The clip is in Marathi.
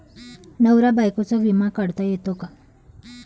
नवरा बायकोचा विमा काढता येतो का?